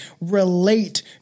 relate